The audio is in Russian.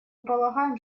полагаем